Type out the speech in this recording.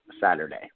Saturday